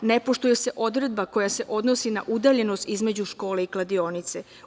Ne poštuje se odredba koja se odnosi na udaljenost između škole i kladionice.